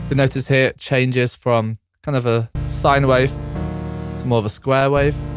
but notice here it changes from kind of a sine wave to more of a square wave.